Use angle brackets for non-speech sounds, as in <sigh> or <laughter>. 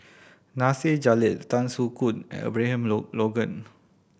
Nasir Jalil Tan Soo Khoon and Abraham <unintelligible> Logan